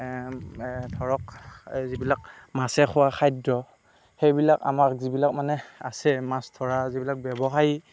ধৰক যিবিলাক মাছে খোৱা খাদ্য সেইবিলাক আমাক যিবিলাক মানে আছে মাছ ধৰা যিবিলাক ব্যৱসায়ী